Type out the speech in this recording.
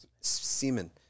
semen